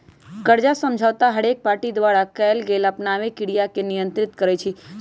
कर्जा समझौता हरेक पार्टी द्वारा कएल गेल आपनामे क्रिया के नियंत्रित करई छै